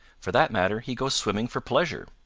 for that matter, he goes swimming for pleasure.